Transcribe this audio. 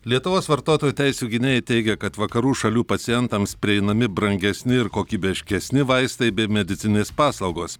lietuvos vartotojų teisių gynėjai teigia kad vakarų šalių pacientams prieinami brangesni ir kokybiškesni vaistai bei medicininės paslaugos